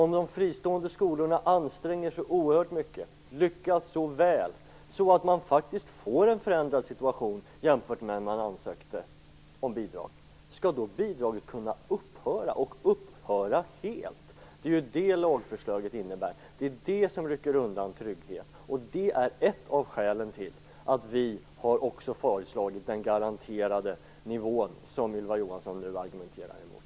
Om de fristående skolorna anstränger sig oerhört mycket och lyckas så väl att de faktiskt får en förändrad situation jämfört med när de ansökte om bidrag, skall då bidraget kunna upphöra och upphöra helt? Detta innebär ju lagförslaget, och det rycker undan tryggheten. Det är ett av skälen till att vi också har föreslagit den garanterade nivå som Ylva Johansson nu argumenterar emot.